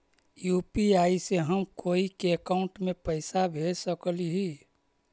UPI से हम कोई के अकाउंट में पैसा भेज सकली ही?